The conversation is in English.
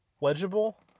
legible